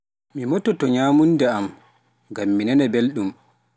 mi mototoo nyamunda am ngam minanana belɗum